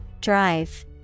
Drive